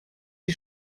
die